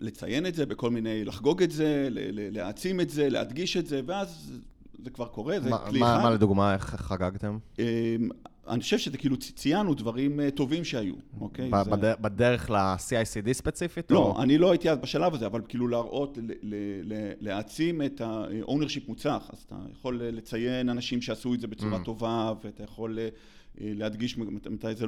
לציין את זה בכל מיני, לחגוג את זה, להעצים את זה, להדגיש את זה, ואז זה כבר קורה, זה קליחה. מה לדוגמה, איך חגגתם? אני חושב שזה כאילו ציינו דברים טובים שהיו. בדרך ל-CICD ספציפית? לא, אני לא הייתי אז בשלב הזה, אבל כאילו להראות, להעצים את ה... אונר שיפוצח, אז אתה יכול לציין אנשים שעשו את זה בצורה טובה, ואתה יכול להדגיש את זה.